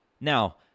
Now